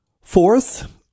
Fourth